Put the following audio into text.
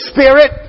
Spirit